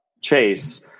Chase